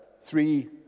three